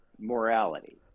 morality